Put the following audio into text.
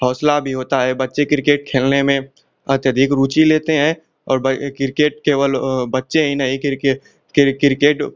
हौसला भी होता है बच्चे क्रिकेट खेलने में अत्यधिक रुचि लेते हैं और ये क्रिकेट केवल बच्चे ही नहीं किरके किर किरकेट